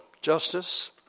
justice